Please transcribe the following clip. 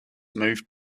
moved